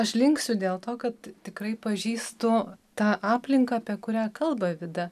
aš linksiu dėl to kad tikrai pažįstu tą aplinką apie kurią kalba vida